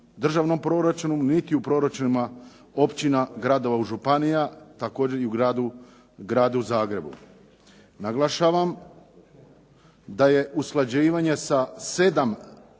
državnom proračunu, niti u proračunima općina, gradova i županija, također i u Gradu Zagrebu. Naglašavam da je usklađivanje sa 7